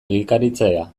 egikaritzea